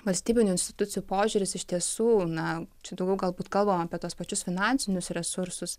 valstybinių institucijų požiūris iš tiesų na čia daugiau galbūt kalbam apie tuos pačius finansinius resursus